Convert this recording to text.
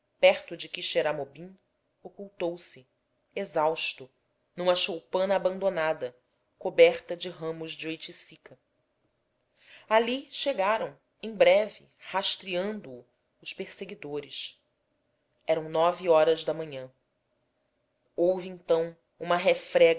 perto de quixeramobim ocultou se exausto numa choupana abandonada coberta de ramos de oiticica ali chegaram em breve rastreando o os perseguidores eram nove horas da manhã houve então uma